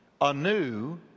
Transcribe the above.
anew